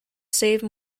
save